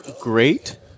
great